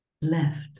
left